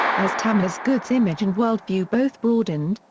as tamiya's goods' image and world view both broadened,